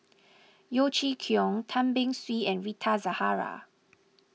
Yeo Chee Kiong Tan Beng Swee and Rita Zahara